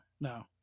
no